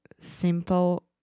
simple